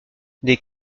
des